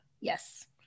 Yes